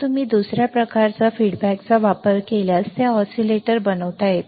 तुम्ही दुसऱ्या प्रकारच्या अभिप्रायाचा वापर केल्यास ते ऑसीलेटर बनवता येते